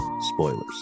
spoilers